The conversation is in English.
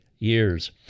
years